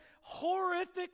horrific